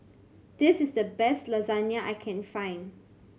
this is the best Lasagna I can find